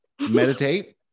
Meditate